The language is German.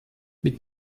mit